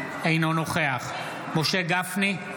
אינו נוכח משה גפני,